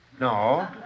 No